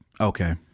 Okay